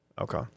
Okay